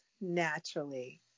naturally